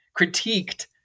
critiqued